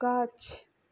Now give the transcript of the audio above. গাছ